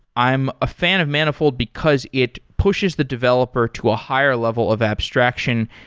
i'm a fan of manifold because it pushes the developer to a higher level of abstraction,